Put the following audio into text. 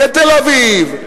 לתל-אביב,